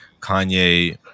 Kanye